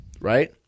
right